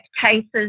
cases